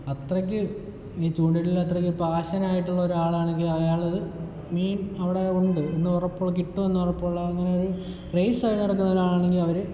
അത്രക്ക് ചൂണ്ടയിടൽ അത്രക്ക് പാഷനായിറ്റൊരാളാണെങ്കിൽ അയാൾ മീൻ അവിടെ ഉണ്ട് എന്ന് ഉറപ്പുള്ള കിട്ടൂന്ന് ഉറപ്പുള്ള ഇങ്ങനെ ഒരു ക്രെസായിട്ട് നടക്കുന്ന ഒരാളാണെങ്കിൽ അവർ